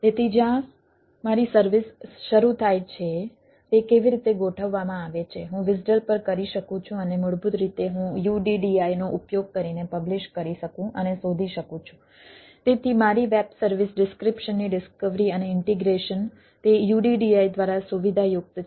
તેથી જ્યાં મારી સર્વિસ શરૂ થાય છે તે કેવી રીતે ગોઠવવામાં આવે છે હું WSDL પર કરી શકું છું અને મૂળભૂત રીતે હું UDDI નો ઉપયોગ કરીને પબ્લીશ તે UDDI દ્વારા સુવિધાયુક્ત છે